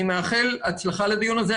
אני מאחל הצלחה לדיון הזה.